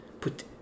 put